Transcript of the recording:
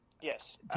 Yes